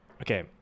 okay